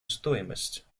стоимость